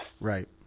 Right